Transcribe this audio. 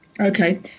Okay